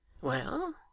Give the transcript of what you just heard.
Well